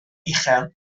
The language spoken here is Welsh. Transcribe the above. uchel